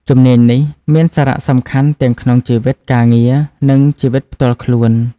ជំនាញនេះមានសារៈសំខាន់ទាំងក្នុងជីវិតការងារនិងជីវិតផ្ទាល់ខ្លួន។